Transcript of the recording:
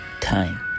time